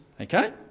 okay